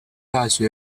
大学